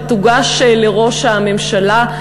שתוגש לראש הממשלה,